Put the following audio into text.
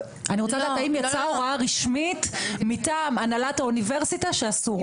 אני רוצה לדעת האם יצאה הוראה רשמית מטעם הנהלת האוניברסיטה שאסור.